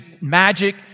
magic